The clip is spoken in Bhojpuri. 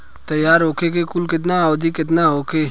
तैयार होखे के कुल अवधि केतना होखे?